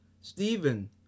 Stephen